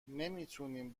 نمیتونیم